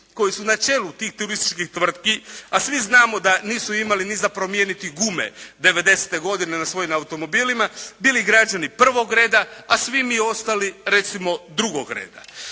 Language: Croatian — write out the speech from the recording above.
koji su na čelu tih turističkih tvrtki, a svi znamo da nisu imali ni za promijeniti gume '90. godine na svojim automobilima, bili građani prvog reda, a svi mi ostali recimo drugog reda.